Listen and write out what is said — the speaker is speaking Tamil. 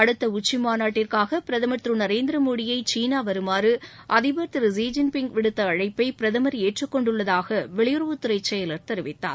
அடுத்த உச்சிமாநாட்டிற்காக பிரதமர் திரு நரேந்திர மோடியை சீனா வருமாறு அதிபர் திரு ஷி ஜின்பிங் விடுத்த அழைப்பை பிரதமர் ஏற்றுக் கொண்டுள்ளதாக வெளியுறவுத் துறை செயலர் தெரிவித்தார்